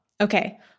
Okay